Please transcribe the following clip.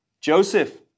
Joseph